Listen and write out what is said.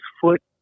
foot